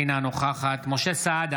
אינה נוכחת משה סעדה,